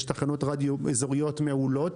יש תחנות רדיו אזוריות מעולות,